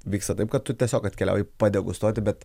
vyksta taip kad tu tiesiog atkeliauji padegustuoti bet